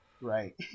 Right